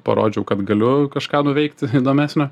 parodžiau kad galiu kažką nuveikt įdomesnio